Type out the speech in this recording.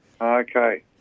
Okay